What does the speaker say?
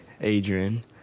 Adrian